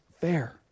fair